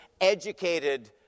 educated